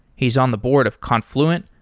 he's on the board of confluent,